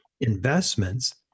investments